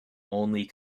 only